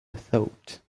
thought